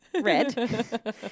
Red